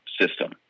system